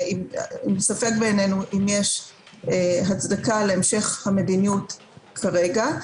ספק אם יש הצדקה להמשך המדיניות כרגע.